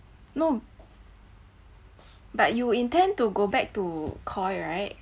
no but you intend to go back to koi right